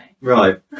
right